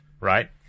right